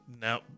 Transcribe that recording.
now